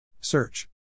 Search